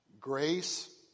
grace